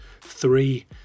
three